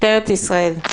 משטרת ישראל.